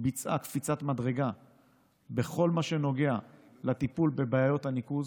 ביצעה קפיצת מדרגה בכל מה שנוגע לטיפול בבעיות הניקוז